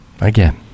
again